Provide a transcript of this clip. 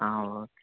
ఆ ఓకే